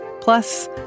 Plus